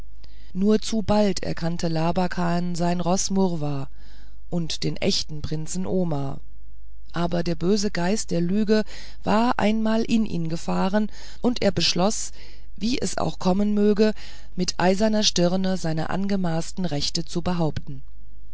nur zu bald erkannte labakan sein roß marva und den echten prinzen omar aber der böse geist der lüge war einmal in ihn gefahren und er beschloß wie es auch kommen möge mit eiserner stirne seine angemaßten rechte zu behaupten